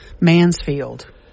Mansfield